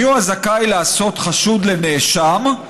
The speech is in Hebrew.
מיהו הזכאי לעשות חשוד לנאשם,